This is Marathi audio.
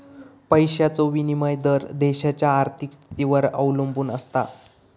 पैशाचो विनिमय दर देशाच्या आर्थिक स्थितीवर अवलंबून आसता